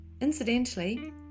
incidentally